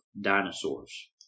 dinosaurs